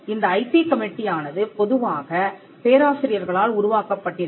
இந்த ஐபி கமிட்டியானது பொதுவாகப் பேராசிரியர்களால் உருவாக்கப்பட்டிருக்கும்